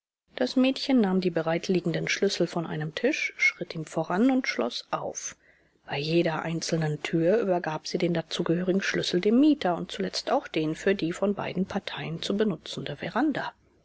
das mädchen nahm die bereitliegenden schlüssel von einem tisch schritt ihm voran und schloß auf bei jeder einzelnen tür übergab sie den dazugehörigen schlüssel dem mieter und zuletzt auch den für die von beiden parteien zu benutzende veranda